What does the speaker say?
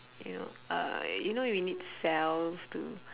you know uh you know you need cells to